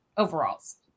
overalls